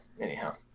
anyhow